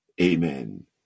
Amen